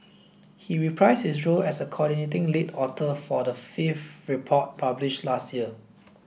he reprised his role as a coordinating lead author for the fifth report published last year